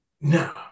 No